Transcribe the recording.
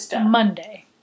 Monday